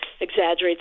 exaggerates